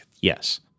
Yes